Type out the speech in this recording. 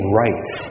rights